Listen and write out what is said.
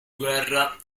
guerra